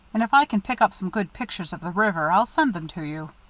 and if i can pick up some good pictures of the river, i'll send them to you.